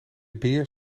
beer